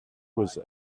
was